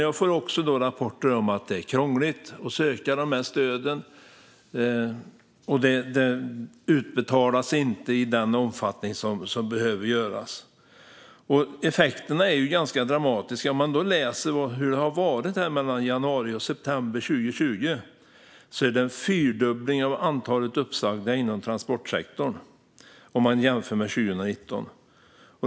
Jag får rapporter om att det är krångligt att söka stöden, och de betalas inte ut i den omfattning som behövs. Effekterna är ganska dramatiska. Mellan januari och september 2020 var det en fyrdubbling av antalet uppsagda inom transportsektorn jämfört med 2019.